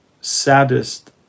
saddest